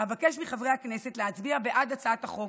אבקש מחברי הכנסת להצביע בעד הצעת החוק